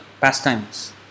pastimes